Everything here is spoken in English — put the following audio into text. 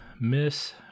miss